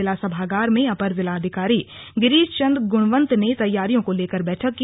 जिला सभागार में अपर जिलाधिकारी गिरीष चन्द गुणवन्त ने तैयारियों को लेकर बैठक की